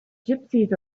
gypsies